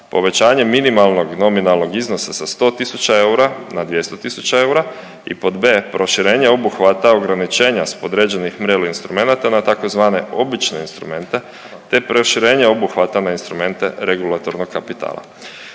povećanje minimalnog nominalnog iznosa sa 100 tisuća eura na 200 tisuća eura i pod B, proširenje obuhvata ograničenja s podređenih MREL instrumenata na tzv. obične instrumente te proširenje obuhvata na instrumente regulatornog kapitala.